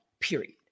period